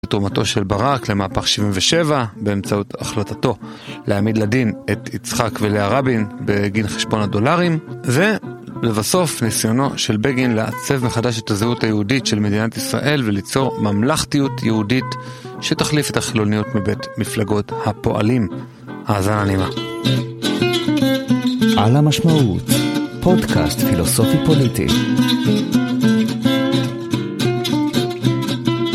תרומתו של ברק למהפך 77, באמצעות החלטתו להעמיד לדין את יצחק ולאה רבין בגין חשבון הדולרים, ולבסוף ניסיונו של בגין לעצב מחדש את הזהות היהודית של מדינת ישראל וליצור ממלכתיות יהודית שתחליף את החילוניות מבית מפלגות הפועלים. האזנה נעימה. על המשמעות, פודקאסט פילוסופי פוליטי